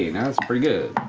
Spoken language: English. you know that's pretty good.